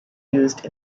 used